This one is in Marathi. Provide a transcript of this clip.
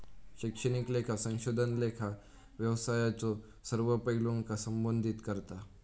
शैक्षणिक लेखा संशोधन लेखा व्यवसायाच्यो सर्व पैलूंका संबोधित करता